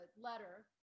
letter